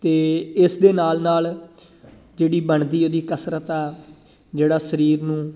ਅਤੇ ਇਸ ਦੇ ਨਾਲ ਨਾਲ ਜਿਹੜੀ ਬਣਦੀ ਉਹਦੀ ਕਸਰਤ ਆ ਜਿਹੜਾ ਸਰੀਰ ਨੂੰ